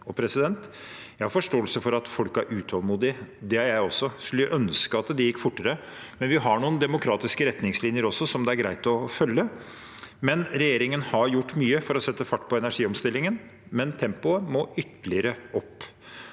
løsninger. Jeg har forståelse for at folk er utålmodige. Det er jeg også. Jeg skulle ønske at det gikk fortere, men vi har noen demokratiske retningslinjer som det er greit å følge. Regjeringen har gjort mye for å sette fart på energiomstillingen, men tempoet må ytterligere opp.